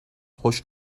hoş